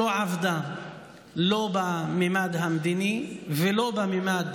שלא עבדה לא בממד המדיני ולא בממד